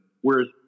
whereas